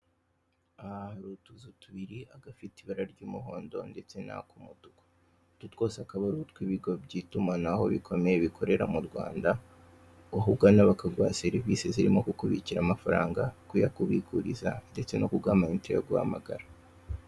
Aha hari utuzu tubiri agafite ibara ry'umuhondo ndetse na k'umutuku utu twose akaba ari utwibigo by'itumanaho bikomeye bikorera mu Rwanda aho ugana bakaguha serivise zirimo kukubikira amafaranga, kuyakubikuriza ndetse no kuguha amayinite yo guhamagara.